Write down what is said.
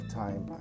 time